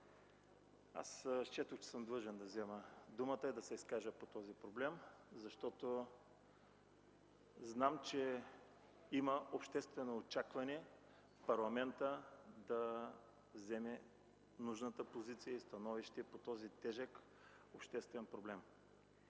Аз счетох, че съм длъжен да взема думата, за да се изкажа по този проблем, защото знам, че има обществени очаквания парламентът да вземе нужната позиция и становище по този тежък обществен проблем.